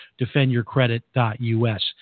defendyourcredit.us